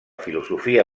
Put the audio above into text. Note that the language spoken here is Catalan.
filosofia